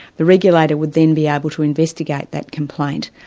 the regulator would then be able to investigate that complaint,